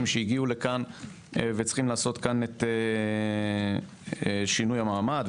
שהגיעו לכאן וצריכים לעשות כאן את שינוי המעמד.